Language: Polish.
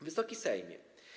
Wysoki Sejmie!